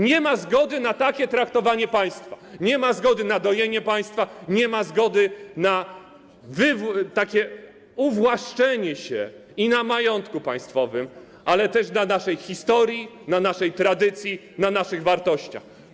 Nie ma zgody na takie traktowanie państwa, nie ma zgody na dojenie państwa, nie ma zgody na takie uwłaszczenie się na majątku państwowym, ale też i na naszej historii, na naszej tradycji, na naszych wartościach.